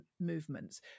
movements